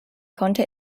konnte